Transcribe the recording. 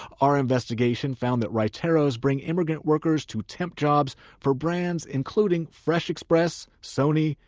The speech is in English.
our investigation found that raiteros bring immigrant workers to temp jobs for brands including fresh express, sony,